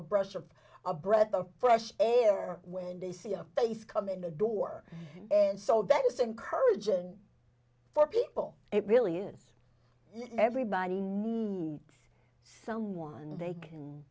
of a breath of fresh air when they see a face come in the door and so that is encouraging for people it really is everybody someone they can